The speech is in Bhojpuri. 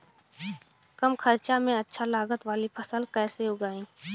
कम खर्चा में अच्छा लागत वाली फसल कैसे उगाई?